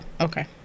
okay